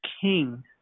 king